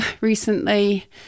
recently